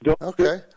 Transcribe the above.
Okay